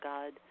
God